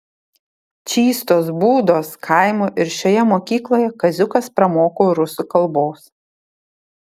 čystos būdos kaimo ir šioje mokykloje kaziukas pramoko rusų kalbos